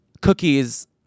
cookies